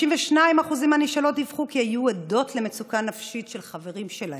52% מהנשאלות דיווחו כי היו עדות למצוקה נפשית של חברים שלהן.